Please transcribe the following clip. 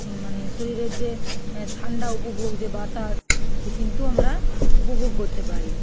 মানে শরীরের যে ঠান্ডা উপভোগ যে বাতাস সে কিন্তু আমরা উপভোগ করতে পারি